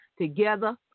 together